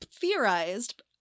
theorized